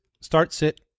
start-sit